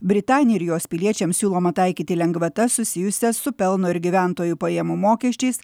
britanija ir jos piliečiams siūloma taikyti lengvatas susijusias su pelno ir gyventojų pajamų mokesčiais